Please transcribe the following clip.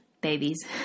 babies